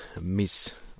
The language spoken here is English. Miss